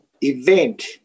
event